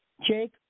Jake